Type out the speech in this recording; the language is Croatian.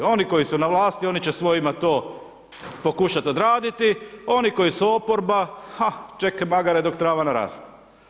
Oni koji su na vlasti, oni će svojima to pokušati odraditi, oni koji su oporba, ha čekaj … dok trava naraste.